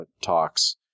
talks